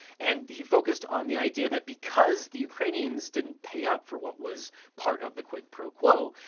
and he focused on the idea that because the ukrainians didn't pay up for what was part of the quid pro quo,